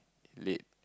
late